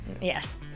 Yes